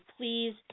please